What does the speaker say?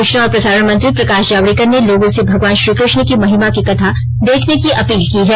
सूचना और प्रसारण मंत्री प्रकाश जावड़ेकर ने लोगों से भगवान श्रीकृष्ण की महिमा की कथा देखने की अपील की है